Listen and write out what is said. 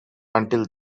until